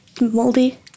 moldy